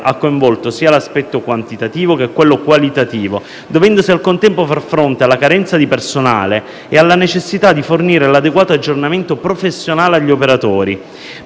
ha coinvolto sia l'aspetto quantitativo che quello qualitativo, dovendosi al contempo far fronte alla carenza di personale e alla necessità di fornire l'adeguato aggiornamento professionale agli operatori.